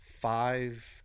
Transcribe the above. five